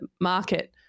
market